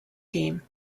team